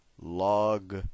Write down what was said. log